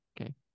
Okay